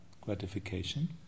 gratification